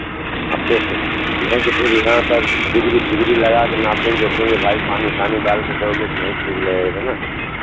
आप तो नहीं तो फिर यहाँ पर डिग्री सिग्री लगा कर नापेंगे जोखेंगे भाई पानी सानी डाल कर दोगे तो नहीं ठीक लगेगा ना